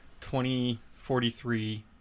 2043